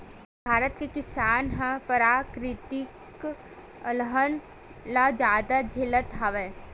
भारत के किसान ह पराकिरितिक अलहन ल जादा झेलत हवय